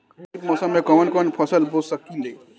खरिफ मौसम में कवन कवन फसल बो सकि ले?